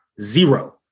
Zero